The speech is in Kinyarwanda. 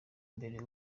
mbere